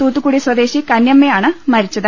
തൂത്തുക്കുടി സ്വദേശി കന്യമ്മയാണ് മരിച്ചത്